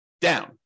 down